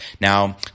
Now